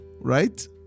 right